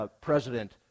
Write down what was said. president